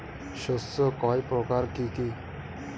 শস্য কয় প্রকার কি কি?